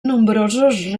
nombrosos